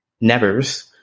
nevers